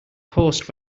post